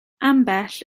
ambell